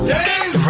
Dave